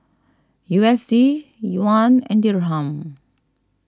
U S D Yuan and Dirham